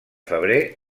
febrer